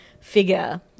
figure